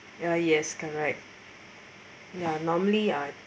ya yes correct ya normally I